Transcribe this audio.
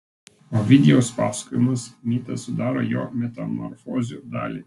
ovidijaus pasakojamas mitas sudaro jo metamorfozių dalį